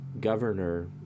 governor